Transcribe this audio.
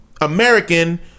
American